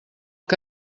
que